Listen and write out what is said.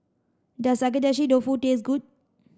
does Agedashi Dofu taste good